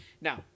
Now